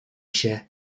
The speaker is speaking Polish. się